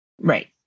Right